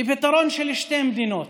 בפתרון של שתי מדינות.